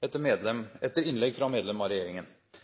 etter innlegg fra medlem av regjeringen